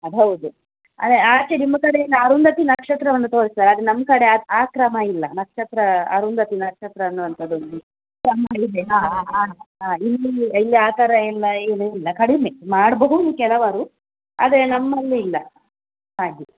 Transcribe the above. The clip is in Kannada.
ಅದು ಹೌದು ಅದೇ ಆಚೆ ನಿಮ್ಮ ಕಡೆ ಅರುಂಧತಿ ನಕ್ಷತ್ರವನ್ನು ತೋರಿಸ್ತಾರೆ ಆದರೆ ನಮ್ಮ ಕಡೆ ಆ ಆ ಕ್ರಮ ಇಲ್ಲ ನಕ್ಷತ್ರ ಅರುಂಧತಿ ನಕ್ಷತ್ರ ಅನ್ನುವಂಥದ್ದೊಂದು ಹಾಂ ಇಲ್ಲಿ ಇಲ್ಲಿ ಆ ಥರ ಎಲ್ಲ ಏನೂ ಇಲ್ಲ ಕಡಿಮೆ ಮಾಡಬಹುದು ಕೆಲವರು ಆದರೆ ನಮ್ಮಲ್ಲಿ ಇಲ್ಲ ಹಾಗೆ